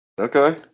Okay